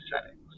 settings